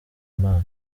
imana